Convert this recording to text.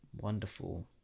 wonderful